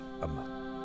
amen